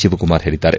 ಶಿವಕುಮಾರ್ ಹೇಳಿದ್ದಾರೆ